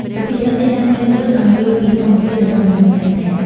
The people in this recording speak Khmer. សុភាសិតនេះដាស់តឿនយើងឱ្យយល់ពីធម្មជាតិរបស់មនុស្សម្នាក់ៗ។